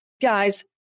Guys